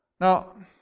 Now